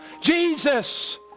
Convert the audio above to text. Jesus